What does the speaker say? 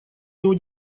него